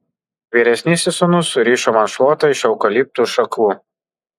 vyresnysis sūnus surišo man šluotą iš eukaliptų šakų